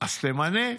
אז תמנה.